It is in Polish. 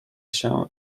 się